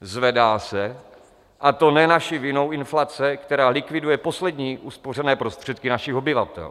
Zvedá se, a to ne naší vinou, inflace, která likviduje poslední uspořené prostředky našich obyvatel.